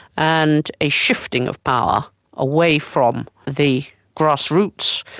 and a shifting of power away from the grassroots,